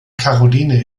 karoline